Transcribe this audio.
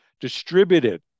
distributed